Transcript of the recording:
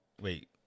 Wait